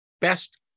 best